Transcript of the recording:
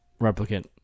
replicant